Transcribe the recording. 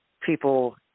people